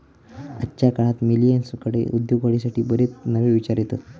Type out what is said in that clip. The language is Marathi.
आजच्या काळात मिलेनियल्सकडे उद्योगवाढीसाठी बरेच नवे विचार येतत